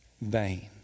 vain